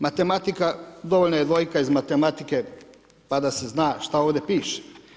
Matematika, dovoljna je 2 iz matematike pa da se zna što ovdje piše.